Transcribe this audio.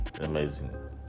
amazing